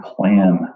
plan